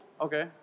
okay